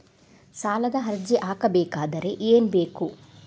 ಸಾಲದ ಅರ್ಜಿ ಹಾಕಬೇಕಾದರೆ ಏನು ಬೇಕು?